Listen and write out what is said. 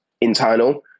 internal